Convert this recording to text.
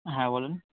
হ্যাঁ বলুন